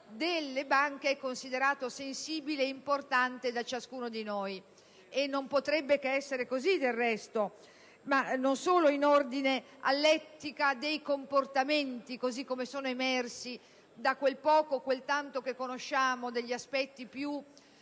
delle banche è considerato sensibile e importante. Non potrebbe che essere così, del resto, e non solo in relazione all'etica dei comportamenti, così come sono emersi da quel poco o quel tanto che conosciamo degli aspetti più